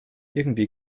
irgendwie